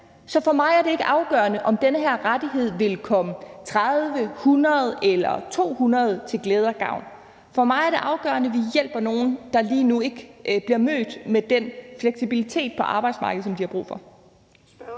Så for mig er det ikke afgørende, om den her rettighed vil komme 30, 100 eller 200 til glæde og gavn. For mig er det afgørende, at vi hjælper nogle, der lige nu ikke bliver mødt med den fleksibilitet på arbejdsmarkedet, som de har brug for.